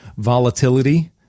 Volatility